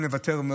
בסוף,